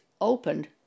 opened